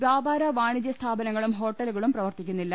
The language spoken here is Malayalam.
വ്യാപാര്യ വാണിജ്യ സ്ഥാപ നങ്ങളും ഹോട്ടലുകളും പ്രവർത്തിക്കുന്നില്ല